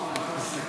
יישר